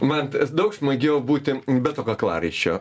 man daug smagiau būti be to kaklaraiščio